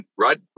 right